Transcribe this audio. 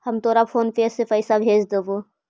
हम तोरा फोन पे से पईसा भेज देबो